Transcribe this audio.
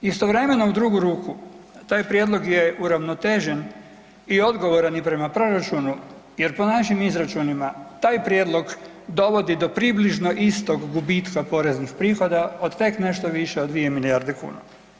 Istovremeno u drugu ruku taj prijedlog je uravnotežen i odgovoran je prema proračunu jer po našim izračunima taj prijedlog dovodi do približno istog gubitka poreznih prihoda od tek nešto više od dvije milijarde kuna.